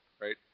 right